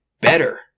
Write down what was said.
better